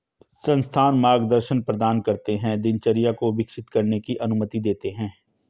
संस्थान मार्गदर्शन प्रदान करते है दिनचर्या को विकसित करने की अनुमति देते है